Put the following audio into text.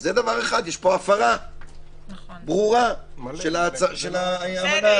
יש פה הפרה ברורה של האמנה הזאת.